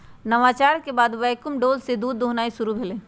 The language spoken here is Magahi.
नवाचार के बाद वैक्यूम डोल से दूध दुहनाई शुरु भेलइ